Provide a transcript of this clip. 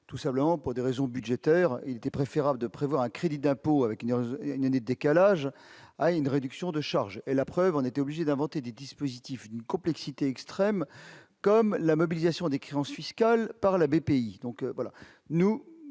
tout simplement pour des raisons budgétaires, il était préférable de prévoir un crédit d'impôt avec et Nene décalage à une réduction de charges, et la preuve, on était obligé d'inventer des dispositifs d'une complexité extrême comme la mobilisation des créances fiscales par la BPI,